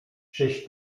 czyś